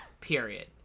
Period